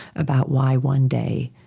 about why one day